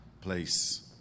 place